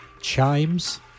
Chimes